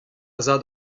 zad